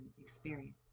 experience